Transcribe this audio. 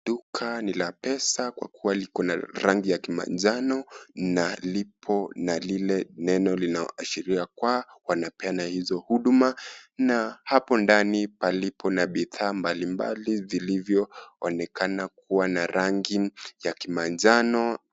Duka ni la pesa kwa kuwa liko na rangi ya kimanjano na lipo na lile neno linaloashiria kuwa wanapeana hizo huduma na hapo ndani palipo na bidhaa mbalimbali vilivyo onekana kuwa na rangi ya kimanjano.